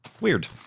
Weird